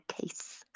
case